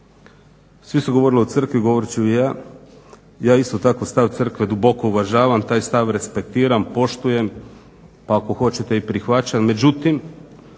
svi su govorili o Crkvi, govorit ću i ja. Ja isto tako stav Crkve duboko uvažavam, taj stav respektiram, poštujem pa ako hoćete i prihvaćam,